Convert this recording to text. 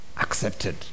accepted